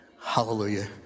Hallelujah